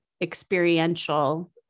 experiential